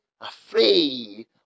afraid